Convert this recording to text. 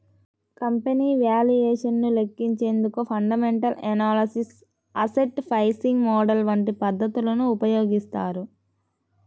company valuation ను లెక్కించేందుకు fundamental analysis, asset pricing model వంటి పద్ధతులను ఉపయోగిస్తారు